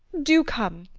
do come.